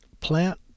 plant